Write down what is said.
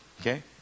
Okay